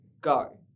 go